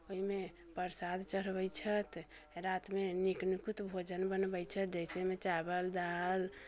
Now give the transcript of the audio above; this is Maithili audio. ओइमे प्रसाद चढ़बै छथि रातिमे नीक निकुत भोजन बनबै छथि जैसेमे चावल दालि